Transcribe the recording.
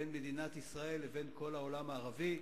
בין מדינת ישראל לבין כל העולם הערבי,